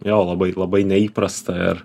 jo labai labai neįprasta ir